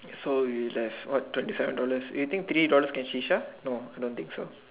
so is like what twenty seven dollars you think three dollar can ShiSha no I don't think so